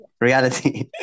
reality